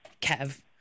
Kev